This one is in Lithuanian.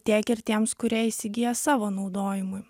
tiek ir tiems kurie įsigyja savo naudojimui